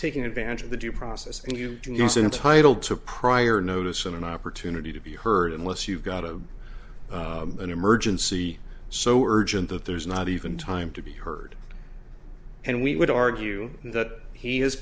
taking advantage of the due process and you can use it entitled to a prior notice in an opportunity to be heard unless you've got a an emergency so urgent that there's not even time to be heard and we would argue that he has